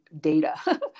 data